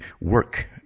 work